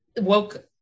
woke